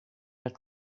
het